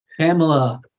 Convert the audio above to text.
Pamela